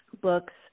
books